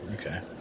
Okay